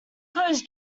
clothes